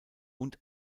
und